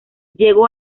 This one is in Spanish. llegó